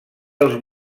els